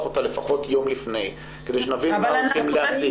אותה לפחות יום לפני כדי שנבין מה הולכים להציג.